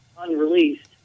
unreleased